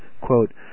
quote